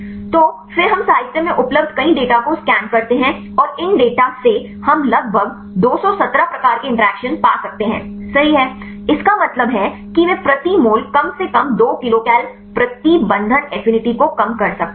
तो फिर हम साहित्य में उपलब्ध कई डेटा को स्कैन करते हैं और इन डेटा से हम लगभग 217 प्रकार के इंटरैक्शन सही पा सकते हैं इसका मतलब है कि वे प्रति मोल कम से कम 2 किलोकल प्रति बंधन एफिनिटी को कम कर सकते हैं